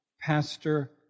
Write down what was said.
Pastor